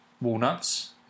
Walnuts